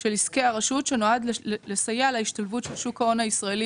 של עסקי הרשות שנועד לסייע להשתלבות של שוק ההון הישראלי